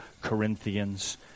Corinthians